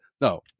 no